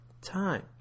time